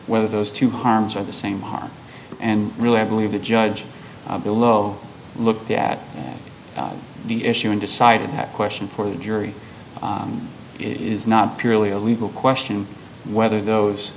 whether those two harms are the same harm and really i believe the judge below looked at the issue and decided that question for the jury is not purely a legal question whether those